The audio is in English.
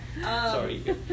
Sorry